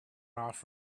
off